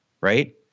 Right